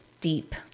deep